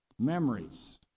memories